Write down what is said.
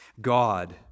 God